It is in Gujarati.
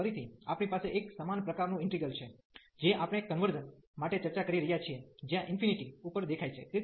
તેથી ફરીથી આપણી પાસે એક સમાન પ્રકારનું ઈન્ટિગ્રલ છે જે આપણે કન્વર્ઝન માટે ચર્ચા કરી રહ્યા છીએ જ્યાં ઇન્ફિનિટી ઉપર દેખાય છે